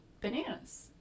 bananas